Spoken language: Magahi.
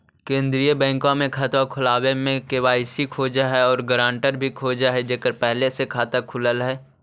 केंद्रीय बैंकवा मे खतवा खोलावे मे के.वाई.सी खोज है और ग्रांटर भी खोज है जेकर पहले से खाता खुलल है?